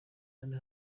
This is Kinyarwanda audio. yari